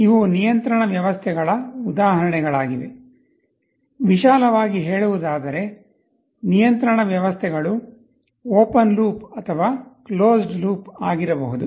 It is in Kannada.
ಇವು ನಿಯಂತ್ರಣ ವ್ಯವಸ್ಥೆಗಳ ಉದಾಹರಣೆಗಳಾಗಿವೆ ವಿಶಾಲವಾಗಿ ಹೇಳುವುದಾದರೆ ನಿಯಂತ್ರಣ ವ್ಯವಸ್ಥೆಗಳು ಓಪನ್ ಲೂಪ್ ಅಥವಾ ಕ್ಲೋಸ್ಡ್ ಲೂಪ್ ಆಗಿರಬಹುದು